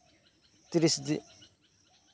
ᱛᱤᱨᱤᱥ ᱫᱤᱱ